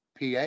PA